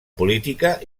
política